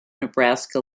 nebraska